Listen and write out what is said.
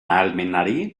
ahalmenari